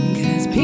cause